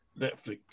Netflix